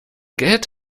geld